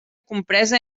compresa